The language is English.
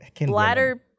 bladder